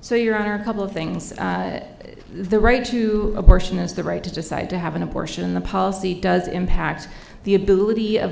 so your are a couple of things the right to abortion is the right to decide to have an abortion the policy does impact the ability of